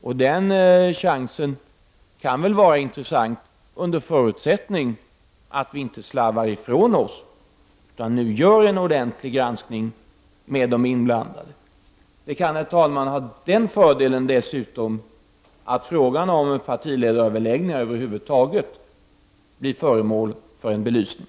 Det kan vara intressant att ta den chansen, under förutsättning att vi inte slarvar ifrån oss utan gör en ordentlig granskning med de inblandade. Det kan dessutom ha den fördelen, herr talman, att frågan om partiledaröverläggningar över huvud taget blir föremål för en belysning.